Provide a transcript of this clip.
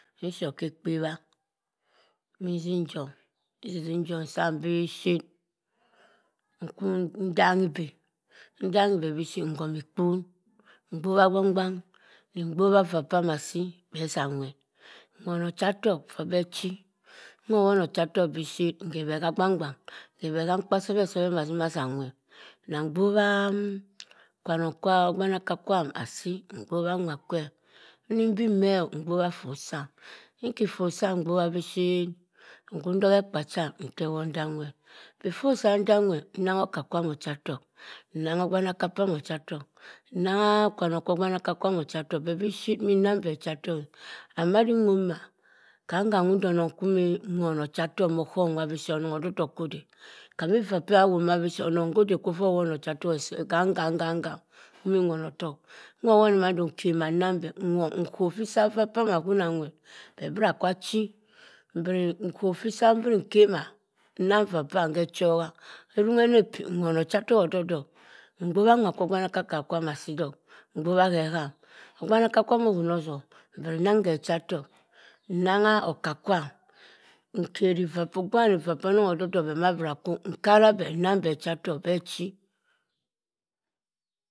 Nshop keh ekpewa min sinjom esinjom seh shep nkwu ndang hi ndanghi bi beh shep nkung ekpon mgbo agbang gbang mgbowa eva pamm asi beh esam nwer nwono acha otook feh bah and achi onengho owunu ocha tokk ngei beh hah agban gbang ngei him ekpa sabi mah atima ata nwer nah gbowa ekwanun kwe ogbanaka kwam asi mgbowa nwa kwe anibeh meh moh ogbowa ifusang inke ifor sam ntogha ntoha ikpe cham ntogha ntawer before sa ntanwere nungha ako kwam ucha tokk enenghe ogbanaka kwam ucha tokk enengha, nenghe ekwanen kwo ogbanaka kwam ucha tokk neng beh ucha tokk beh ship eneng beh ucha tokk arongma kangam muh ndo onong beh nwono ucha tokk behbi shep enangha beh ucha tokk anna din wo mah kanga ndo onun kwe mi nwono ocha tokk ko ofiam nwa bi ship anang adey de hay hadey kami evapeh awone bi shet onung kode buh owono ucha tokk self ghagam mmo owono otokk moh owoni madu abenghi beh sah eva pam ahira nwere beh bura akwa achi mbere nkwu achi fisah buron nchi nkema namhi evapam khe etwa erong neh pi nwon ocha tokk edok odok ngbowa nwa koh ogbanaka kwam asi dok mgbu wa heh ham ogbanaka kwam uhun otom bere nenbi ocha tokk enanghu oka kwam nkeri eva pah ogbe eva poh onung edok edok nah buru akwu mkan beh enang beh ocha tokek achi.